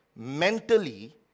mentally